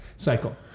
cycle